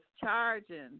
charging